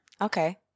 Okay